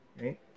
right